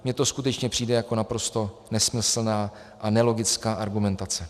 Mně to skutečně přijde jako naprosto nesmyslná a nelogická argumentace.